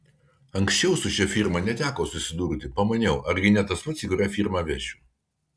anksčiau su šia firma neteko susidurti pamaniau argi ne tas pats į kurią firmą vešiu